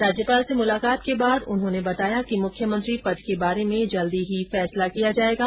राज्यपाल से मुलाकात के बाद उन्होंने बताया कि मुख्यमंत्री पद के बारे में जल्दी ही फैसला किया जाएगा